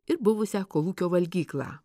ir buvusią kolūkio valgyklą